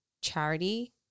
charity